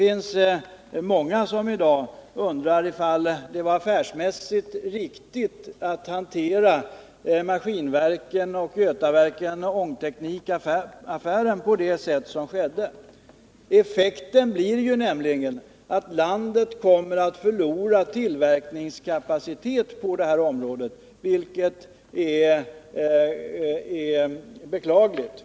I dag undrar många om det var affärsmässigt riktigt att hantera samgåendet mellan Svenska Maskinverken och Götaverken Ångteknik på det sätt som skedde. Effekten blir nämligen att landet kommer att förlora tillverkningskapacitet på det här området, vilket är beklagligt.